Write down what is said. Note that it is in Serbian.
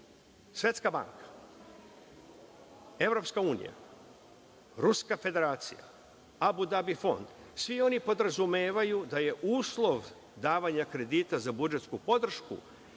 Svetska banka, EU, Ruska Federacija, Abu Dabi Fond, svi oni podrazumevaju da je uslov davanja kredita za budžetsku podršku